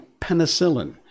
penicillin